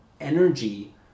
energy